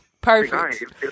Perfect